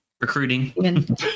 Recruiting